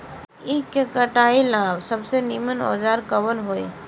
ईख के कटाई ला सबसे नीमन औजार कवन होई?